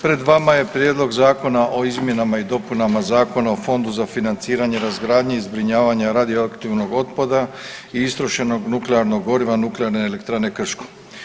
Pred vama je Prijedlog zakona o izmjenama i dopunama Zakona o fondu za financiranje razgradnje i zbrinjavanja radioaktivnog otpada i istrošenoga nuklearnog goriva Nuklearne elektrane Krško.